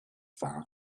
far